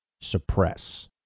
suppress